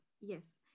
Yes